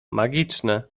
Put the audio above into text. magiczne